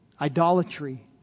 idolatry